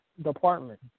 department